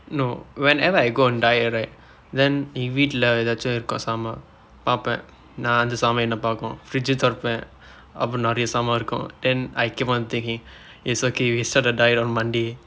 no whenever I go on diet right then வீட்டில் ஏதாவது இருக்கும் சாமான் பார்பேன் நான் அந்த சாமான் என்னை பார்க்கும்:veetil eethaavathu irukkum saamaan paarppeen naan andtha saamaan ennai paarkkum fridge தொரப்பேன் அப்போ நிறைய சாமான் இருக்கும்:thorappeen appoo niraiya saamaan irukkum then I keep on thinking it's okay we set a diet on monday